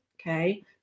okay